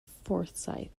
forsyth